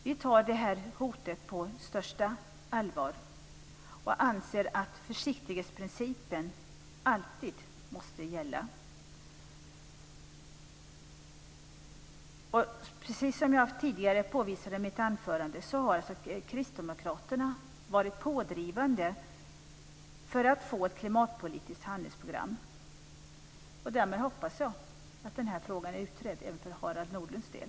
Vi tar detta hot på största allvar och anser att försiktighetsprincipen alltid måste gälla. Precis som jag tidigare påvisade i mitt anförande har Kristdemokraterna varit pådrivande för att få ett klimatpolitiskt handlingsprogram. Därmed hoppas jag att den här frågan är utredd även för Harald Nordlunds del.